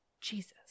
jesus